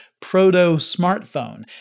proto-smartphone